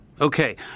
Okay